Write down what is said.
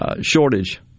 shortage